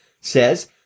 says